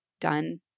done